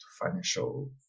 financial